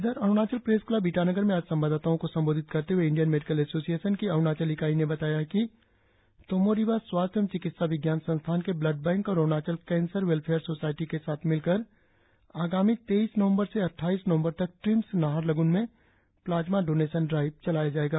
इधर Arunachal press club Itanagar में आज संवाददाताओं को संबोधित करते हुए इंडियन मेडिकल एसोसियेशन की अरुणाचल इकाई ने बताया कि तोमो रिबा स्वास्थ्य एवं चिकित्सा विज्ञान संस्थान के ब्लड बैंक और अरुणाचल कैंसर वेलफेयर सोसायटी के साथ मिल्मकर आगामी तेईस नवंबर से अट्टाईस नवंबर तक ट्रिम्स नाहरलगुन में प्लाज्मा डोनेशन ड्राइव चलाया जॅगा